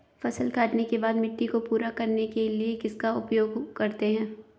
फसल काटने के बाद मिट्टी को पूरा करने के लिए किसका उपयोग करते हैं?